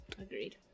Agreed